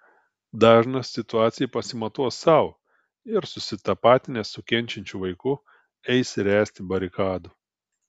dažnas situaciją pasimatuos sau ir susitapatinęs su kenčiančiu vaiku eis ręsti barikadų